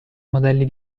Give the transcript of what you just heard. modelli